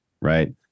right